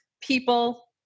people